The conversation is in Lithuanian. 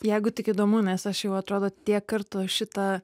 jeigu tik įdomu nes aš jau atrodo tiek kartų šitą